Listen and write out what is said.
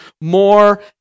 more